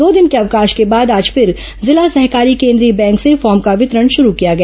दो दिन के ैअवकाश के बाद आज फिर जिला सहकारी र्केद्रीय बैंक से फॉर्म का वितरण शुरू किया गया